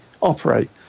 operate